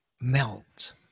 melt